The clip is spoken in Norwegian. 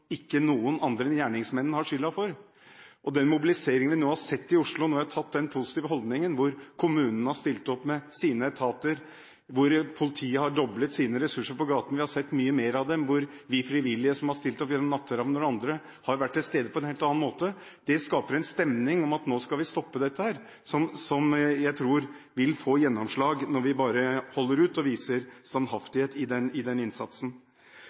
ikke diskutere samspillet, overrasker det meg litt. I mitt arbeid med dette i Oslo har jeg hele veien understreket at det er viktig at vi nå slutter å anklage hverandre, men prøver å stå opp sammen mot et fenomen som ingen andre enn gjerningsmennene har skylden for. Den mobiliseringen vi nå har sett i Oslo, den positive holdningen, hvor kommunen har stilt opp med sine etater, hvor politiet har doblet sine ressurser på gaten – vi har sett mange flere av dem – hvor frivillige har stilt opp som natteravner og annet, og har vært til stede på en helt annen måte, skaper en stemning om at nå